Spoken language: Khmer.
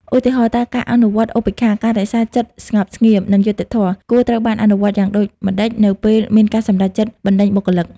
ឧទាហរណ៍ តើការអនុវត្ត ឧបេក្ខា ការរក្សាចិត្តស្ងប់ស្ងៀម និងយុត្តិធម៌ គួរត្រូវបានអនុវត្តយ៉ាងដូចម្ដេចនៅពេលមានការសម្រេចចិត្តបណ្ដេញបុគ្គលិក?